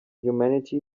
humanity